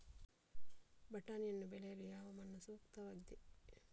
ಬಟಾಣಿಯನ್ನು ಬೆಳೆಯಲು ಯಾವ ಮಣ್ಣು ಸೂಕ್ತವಾಗಿದೆ?